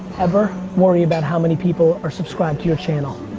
ever worry about how many people are subscribed to your channel.